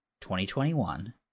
2021